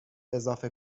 اضافه